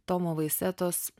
tomo vaisetos